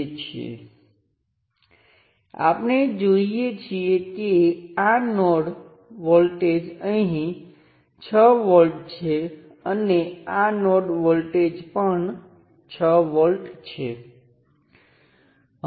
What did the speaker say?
આ I1 બરાબર 0 સાથેનો કેસ છે આ કિસ્સામાં યાદ રાખો હું ફક્ત આ સર્કિટનું વિશ્લેષણ કરું છું હું તેની સાથે શું જોડાયેલ છે તેનું વિશ્લેષણ કરતો નથી આ તે છે જે વિકલનને મેં કનેક્ટ કરેલ સર્કિટથી સ્વતંત્ર બનાવે છે જોકે મધ્યવર્તી પગલામાં હું કેટલીક સર્કિટ ધારું છું અને પછી તેમાં થોડો કરંટ I1 વહે છે અને તેથી વધુ